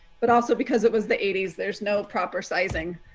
but also because it was the eighty s there's no proper sizing.